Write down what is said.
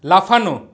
লাফানো